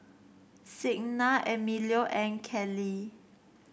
Signa Emilio and Kelli